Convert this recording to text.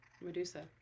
Medusa